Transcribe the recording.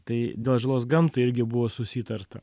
tai dėl žalos gamtai irgi buvo susitarta